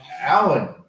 Alan